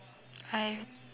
I